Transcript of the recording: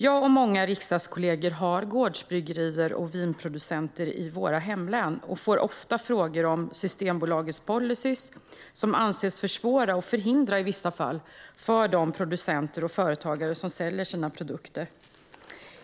Jag och många riksdagskollegor har gårdsbryggerier och vinproducenter i våra hemlän och får ofta frågor om Systembolagets policyer, som i vissa fall anses försvåra och förhindra för de producenter och företagare som säljer sina produkter.